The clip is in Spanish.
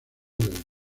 del